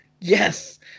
yes